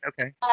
Okay